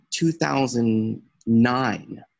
2009